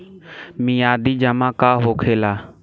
मियादी जमा का होखेला?